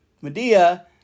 Medea